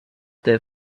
their